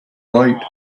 right